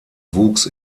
wuchs